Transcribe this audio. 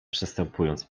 przestępując